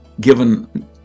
given